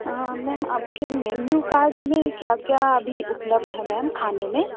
ma'am आपके menu card में क्या क्या अभी उपलब्ध है मैम खाने में